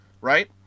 right